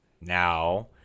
Now